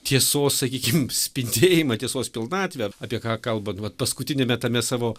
tiesos sakykim spindėjimą tiesos pilnatvę apie ką kalba vat paskutiniame tame savo